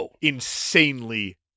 insanely